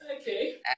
Okay